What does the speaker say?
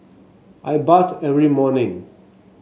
I bath every morning